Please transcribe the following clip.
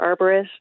arborist